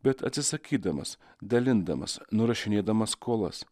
bet atsisakydamas dalindamas nurašinėdamas skolas